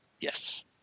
Yes